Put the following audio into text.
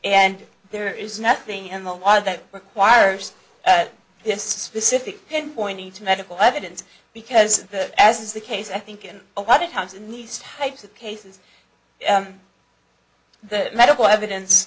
and there is nothing in the law that requires this specific pinpoint needs medical evidence because that as is the case i think in a lot of times in these types of cases the medical evidence